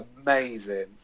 amazing